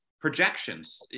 projections